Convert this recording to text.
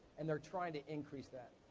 and they're trying to increase that.